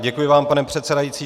Děkuji vám, pane předsedající.